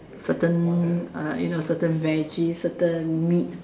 certain uh you know certain veggies certain meat